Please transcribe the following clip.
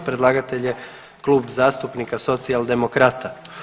Predlagatelja je Klub zastupnika Socijaldemokrata.